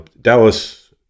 dallas